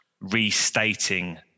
restating